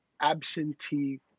absentee